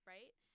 Right